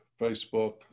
Facebook